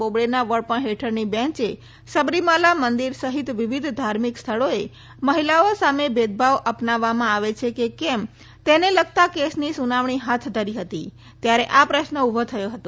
બોબડેના વડપણ હેઠળની બેન્ચે સબરીમાલા મંદિર સહિત વિવિધ ધાર્મિક સ્થળોએ મહિલાઓ સામે ભેદભાવ અપનાવવામાં આવે છે કે કેમ તેને લગતા કેસની સુનાવણી હાથ ધરી હતી ત્યારે આ પ્રશ્ન ઊભો થયો હતો